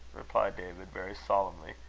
replied david, very solemnly,